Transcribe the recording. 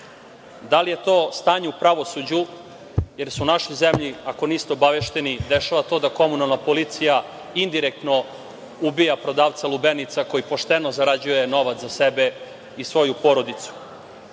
Da li je to stanje u pravosuđu, jer se u našoj zemlji, ako niste obavešteni, dešava to da komunalna policija indirektno ubija prodavca lubenica koji pošteno zarađuje novac za sebe i svoju porodicu.